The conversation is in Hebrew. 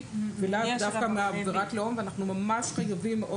- ולאו דווקא מעבירת לאום ואנחנו ממש חייבים מאוד